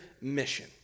mission